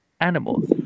animals